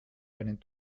einen